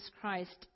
Christ